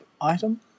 item